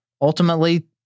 ultimately